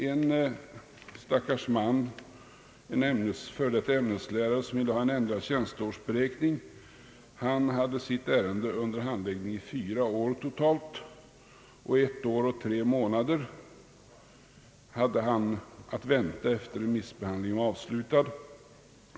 En stackars man, en f. d. ämneslärare, som ville ha en ändrad tjänstårsberäkning hade sitt ärende under handläggning totalt fyra år, och ett år och tre månader hade han att vänta efter det att remissbehandlingen var avslutad.